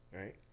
Right